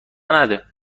نده